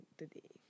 today